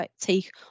take